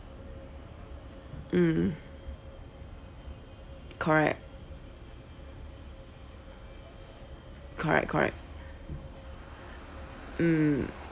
mm correct correct correct mm